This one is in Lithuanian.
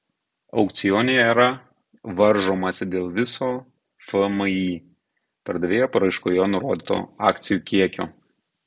aukcione yra varžomasi dėl viso fmį pardavėjo paraiškoje nurodyto akcijų kiekio